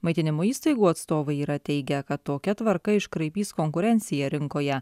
maitinimo įstaigų atstovai yra teigę kad tokia tvarka iškraipys konkurenciją rinkoje